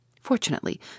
Fortunately